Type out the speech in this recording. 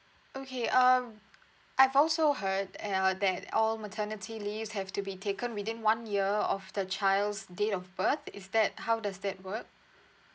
okay um I've also heard err that all maternity leaves have to be taken within one year of the child's date of birth is that how does that work